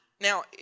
Now